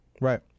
right